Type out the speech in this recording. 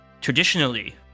traditionally